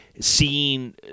seeing